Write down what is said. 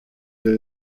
that